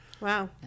Wow